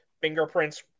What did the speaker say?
Fingerprints